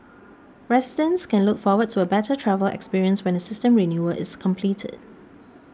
residents can look forward to a better travel experience when the system renewal is completed